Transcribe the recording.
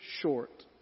short